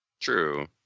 True